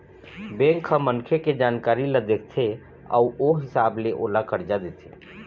bank ह मनखे के जानकारी ल देखथे अउ ओ हिसाब ले ओला करजा देथे